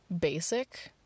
basic